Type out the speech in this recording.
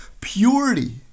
Purity